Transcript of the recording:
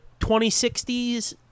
2060s